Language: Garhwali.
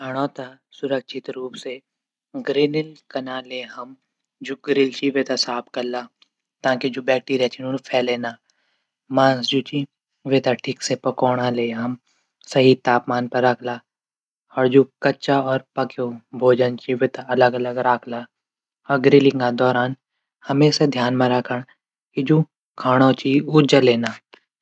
खाणू तै सुरक्षित रूप से गिरल कना तै हम गिरल च वे थै हम साफ कला। ताकि जू वैक्टीरिया छन ऊ फैलै ना। मांस जू च वे थै ठिक से पकौणा ले हम। सही तापमान पर रखला। त चू कचा और पक्यूऔ भोजन च वेथे। अलग अलग रखला। गिरलिंग दौरान हमेशा ध्यान मा रखण कि जू खाणू च ऊ जले ना।